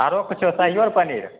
आरो किछो शाहियो आर पनीर